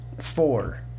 Four